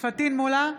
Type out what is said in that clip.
פטין מולא,